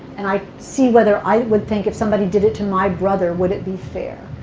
and i see whether i would think, if somebody did it to my brother, would it be fair?